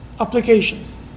applications